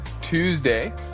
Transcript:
tuesday